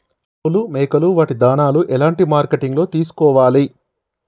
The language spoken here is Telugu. ఆవులు మేకలు వాటి దాణాలు ఎలాంటి మార్కెటింగ్ లో తీసుకోవాలి?